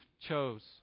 chose